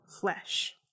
flesh